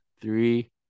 Three